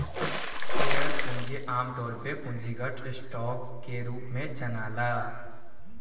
share पूंजी आमतौर पर पूंजीगत स्टॉक के रूप में जनाला